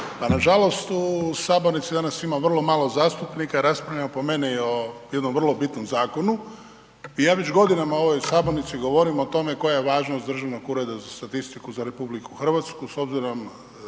Pa na žalost u sabornici danas ima vrlo malo zastupnika, raspravljamo po meni o jednom vrlo bitnom zakonu i ja već godinama u ovoj sabornici govorim o tome koja je važnost Državnog ureda za statistiku za RH s obzirom